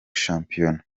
shampiyona